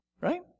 right